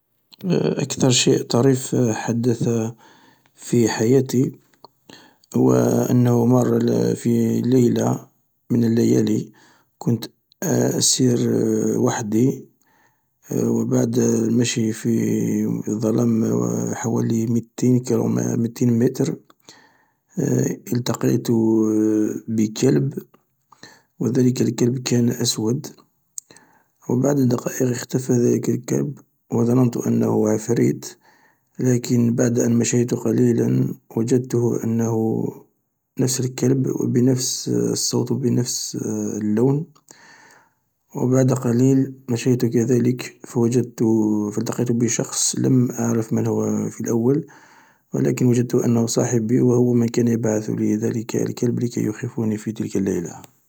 أكثر شيء طريف حدث في حياتي هو أنه مرة في ليلة من الليالي كنت أسير وحدي و بعد المشيء في الظلام حوالي ميتين كيلومتر ميتين متر إلتقيت بكلب و ذلك الكلب كان أسود و بعد دقائق إختفى ذلك الكلب و ضننت أنه عفريت لكن بعد أن مشيت قليلا وجدت أنه نفس الكلب و بنفس الصوت و بنفس اللون و بعد قليل مشيت كذلك فوجدت فالتقيت بشخص لم أعرف من هو في الأول و لكن وجدت أنه صاحبي و هو من كان يبعث لي ذلك الكلب لكي بخيفني في تلك الليلة.